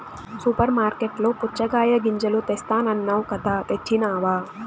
super మార్కట్లలో పుచ్చగాయ గింజలు తెస్తానన్నావ్ కదా తెచ్చినావ